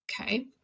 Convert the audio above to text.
okay